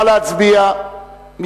נא להצביע.